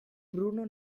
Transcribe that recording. bruno